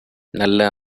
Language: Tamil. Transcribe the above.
நல்ல